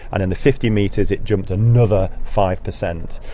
and in the fifty metres it jumped another five percent.